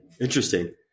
Interesting